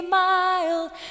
mild